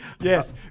Yes